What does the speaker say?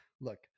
Look